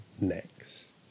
next